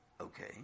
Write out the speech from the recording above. Okay